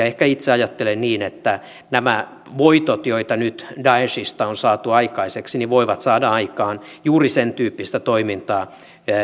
ehkä itse ajattelen niin että nämä voitot joita nyt daeshista on saatu aikaiseksi voivat saada aikaan juuri sentyyppistä toimintaa